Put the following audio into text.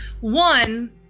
one